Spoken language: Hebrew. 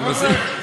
חבר'ה, לשבת.